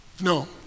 No